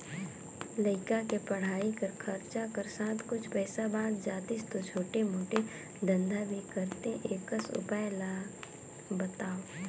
लइका के पढ़ाई कर खरचा कर साथ कुछ पईसा बाच जातिस तो छोटे मोटे धंधा भी करते एकस उपाय ला बताव?